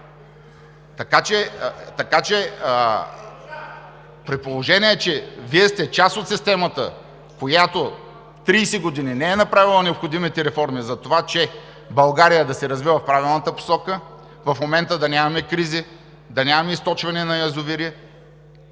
При положение че Вие сте част от системата, която 30 години не е направила необходимите реформи за това България да се развива в правилната посока, в момента да нямаме кризи, да нямаме източване на язовири,